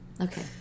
Okay